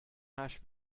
hash